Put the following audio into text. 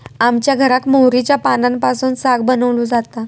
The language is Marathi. आमच्या घराक मोहरीच्या पानांपासून साग बनवलो जाता